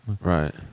Right